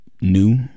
new